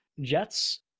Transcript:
Jets